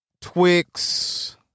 Twix